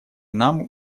нам